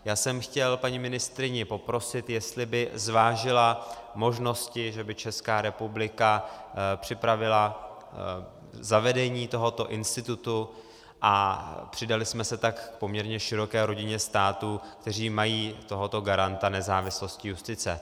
Já jsem chtěl paní ministryni poprosit, jestli by zvážila možnosti, že by Česká republika připravila zavedení tohoto institutu a přidali jsme se tak k poměrně široké rodině států, které mají tohoto garanta nezávislosti justice.